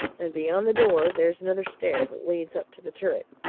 and beyond the door there's another stair that leads up to the turret,